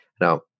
Now